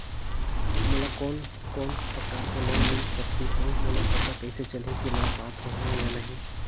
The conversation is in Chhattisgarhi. मोला कोन कोन प्रकार के लोन मिल सकही और मोला पता कइसे चलही की मैं पात्र हों या नहीं?